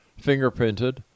fingerprinted